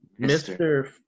Mr